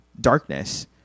Darkness